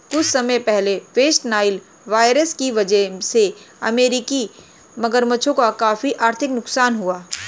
कुछ समय पहले वेस्ट नाइल वायरस की वजह से अमेरिकी मगरमच्छों का काफी आर्थिक नुकसान हुआ